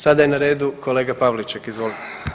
Sada je na redu kolega Pavliček, izvolite.